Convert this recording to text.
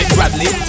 Bradley